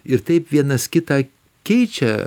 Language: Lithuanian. ir taip vienas kitą keičia